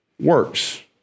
works